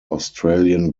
australian